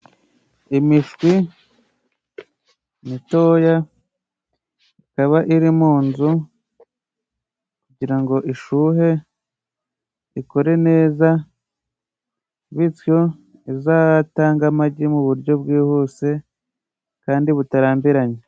Imishwi mitoya ikaba iri mu nzu, kugira ngo ishyuhe, ikure neza, bityo izatange amagi mu buryo bwihuse, kandi butarambiranye.